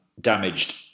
damaged